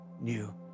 new